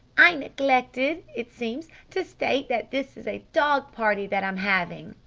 i neglected it seems to state that this is a dog-party that i'm having.